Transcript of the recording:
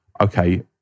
okay